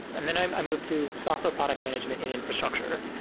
and then i moved to software product management in infrastructure.